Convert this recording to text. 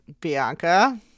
Bianca